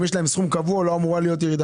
אם יש להם סכום קבוע לא אמורה להיות ירידה.